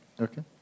Okay